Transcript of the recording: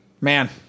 man